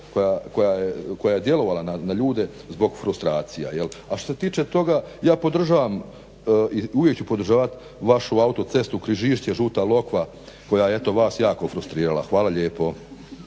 koja je djelovala na ljude zbog frustracija. A što se tiče toga, ja podržavam i uvijek ću podržavat vašu autocestu Križišće-Žuta Lokva koja je eto vas jako frustrirala. Hvala lijepo.